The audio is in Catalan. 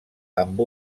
amb